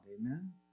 Amen